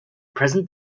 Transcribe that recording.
present